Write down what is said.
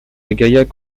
gaillac